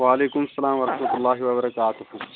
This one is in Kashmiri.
وعليكُم اَسلام ورحمة الله وبركاته